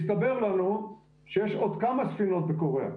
הסתבר לנו שיש עוד כמה ספינות בקוריאה.